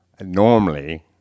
normally